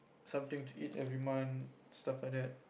something to eat every month stuff like that